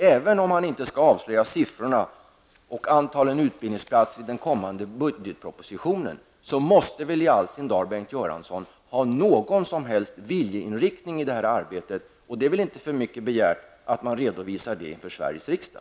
Även om han inte skall avslöja siffrorna och antalet utbildningsplatser i den kommande budgetpropositionen, måste väl i all sin dar Bengt Göransson ha någon som helst viljeinriktning i arbetet. Det är väl inte för mycket begärt att han redovisar den inför Sveriges riksdag.